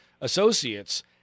associates